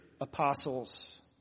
apostles